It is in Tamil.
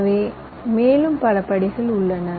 எனவே மேலும் பல படிகள் உள்ளன